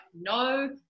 no